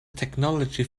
technology